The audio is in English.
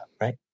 right